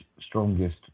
strongest